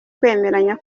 kwemeranya